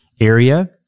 area